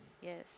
yes